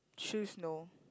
shoes no